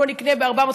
בוא נקנה ב-400.